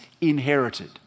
inherited